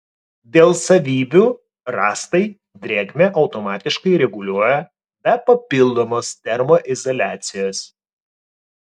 dėl savybių rąstai drėgmę automatiškai reguliuoja be papildomos termoizoliacijos